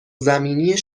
زمینی